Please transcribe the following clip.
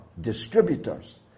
distributors